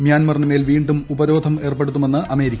മ്യാൻമാറിന് മേൽ വീണ്ടും ഉപരോധം ഏർപ്പെടുത്തുമെന്ന് അമേരിക്ക